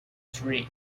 three